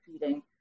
feeding